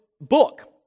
book